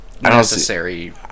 necessary